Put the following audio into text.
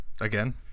again